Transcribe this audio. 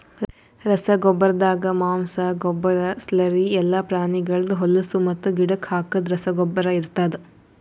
ರಸಗೊಬ್ಬರ್ದಾಗ ಮಾಂಸ, ಗೊಬ್ಬರ, ಸ್ಲರಿ ಎಲ್ಲಾ ಪ್ರಾಣಿಗಳ್ದ್ ಹೊಲುಸು ಮತ್ತು ಗಿಡಕ್ ಹಾಕದ್ ರಸಗೊಬ್ಬರ ಇರ್ತಾದ್